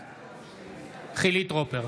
בעד חילי טרופר,